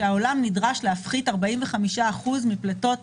הוא שהעולם נדרש להפחית 45% מפליטות